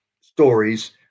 stories